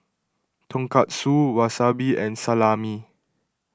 Tonkatsu Wasabi and Salami